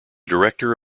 director